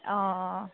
অঁ অঁ